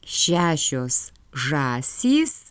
šešios žąsys